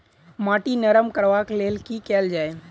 माटि नरम करबाक लेल की केल जाय?